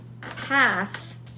pass